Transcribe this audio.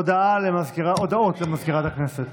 הודעות למזכירת הכנסת.